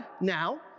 now